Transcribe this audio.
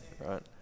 right